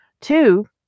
Two